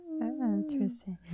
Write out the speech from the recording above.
Interesting